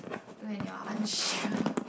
when you are unsure